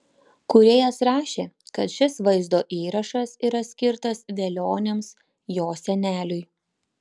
kūrėjas rašė kad šis vaizdo įrašas yra skirtas velioniams jo seneliui